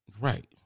Right